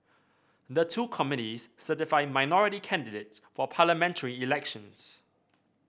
the two committees certify minority candidates for parliamentary elections